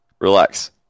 Relax